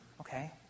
okay